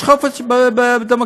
יש חופש בדמוקרטיה.